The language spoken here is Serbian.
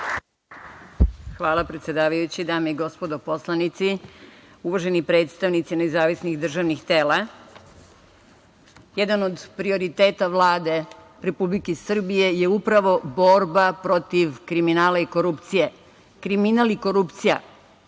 Hvala, predsedavajući. Dame i gospodo poslanici, uvaženi predstavnici nezavisnih državnih tela, jedan od prioriteta Vlade Republike Srbije je upravo borba protiv kriminala i korupcije. Kriminal i korupcija,